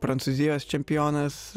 prancūzijos čempionas